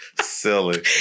Silly